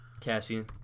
Cassian